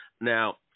Now